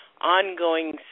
ongoing